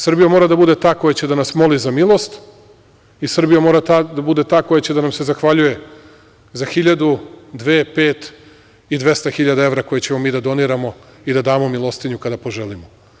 Srbija mora da bude ta koja će da nas moli za milost i Srbija mora da bude ta koja će da nam se zahvaljuje za hiljadu, dve, pet i 200 hiljada evra koje ćemo mi da doniramo i da damo milostinju kada poželimo.